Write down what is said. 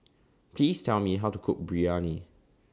Please Tell Me How to Cook Biryani